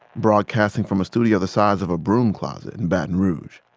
broadcasting from a studio the size of a broom closet in baton rouge.